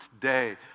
today